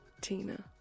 Tina